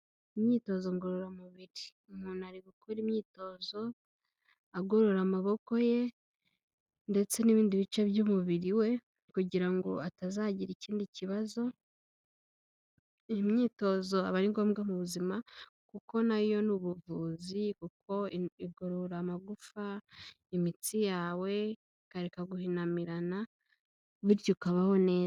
Imyitozo ngororamubiri, umuntu ari gukora imyitozo agorora amaboko ye ndetse n'ibindi bice by'umubiri we kugira ngo atazagira ikindi kibazo, iyi myitozo aba ari ngombwa mu buzima kuko na yo ni ubuvuzi, kuko igorora amagufa, imitsi yawe ikareka guhinamirana bityo ukabaho neza.